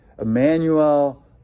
Emmanuel